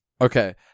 Okay